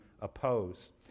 oppose